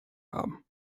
haben